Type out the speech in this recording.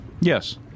Yes